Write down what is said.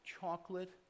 chocolate